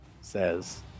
says